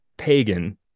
pagan